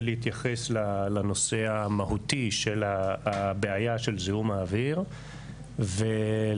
להתייחס לנושא המהותי של הבעיה של זיהום האוויר ולהבהיר